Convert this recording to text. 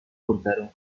contaron